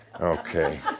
Okay